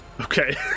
Okay